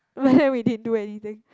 but then we didn't do anything